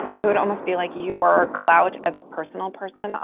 it would almost be like your clout as a personal person,